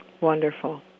Wonderful